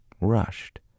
rushed